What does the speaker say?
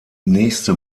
nächste